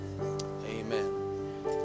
Amen